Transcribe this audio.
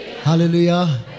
Hallelujah